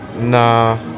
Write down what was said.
Nah